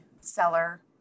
seller